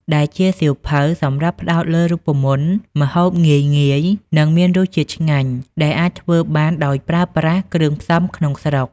ដែលជាសៀវភៅសម្រាប់ផ្ដោតលើរូបមន្តម្ហូបងាយៗ និងមានរសជាតិឆ្ងាញ់ ដែលអាចធ្វើបានដោយប្រើប្រាស់គ្រឿងផ្សំក្នុងស្រុក។